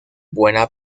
buena